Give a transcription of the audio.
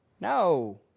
No